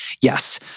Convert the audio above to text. yes